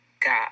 God